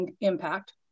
impact